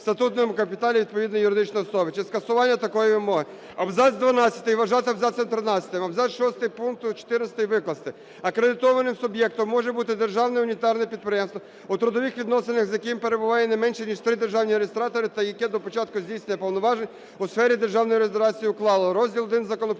в статутному капіталі відповідної юридичної особи, чи скасування такої вимоги". Абзац двадцятий вважати абзацом тринадцятим; абзац шостий пункту 14 викласти: "Акредитованим суб'єктом може бути державне унітарне підприємство, у трудових відносинах з яким перебуває не менше ніж три державні реєстратори та яке до початку здійснення повноважень у сфері державної реєстрації уклало"; розділ І законопроекту